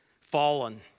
fallen